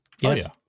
Yes